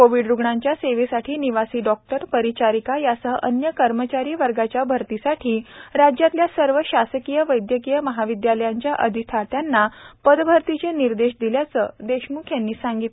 Covid रुग्णांच्या सेवेसाठी निवासी डॉक्टर परिचारिका यासह अन्य कर्मचारी वर्गाच्या भरतीसाठी राज्यातल्या सर्व शासकीय वैदयकीय महाविदयालयांच्या अधिष्ठात्यांना पदभरतीचे निर्देश दिल्याचं देशम्ख यांनी सांगितलं